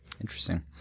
Interesting